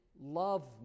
love